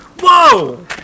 Whoa